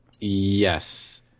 Yes